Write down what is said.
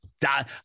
die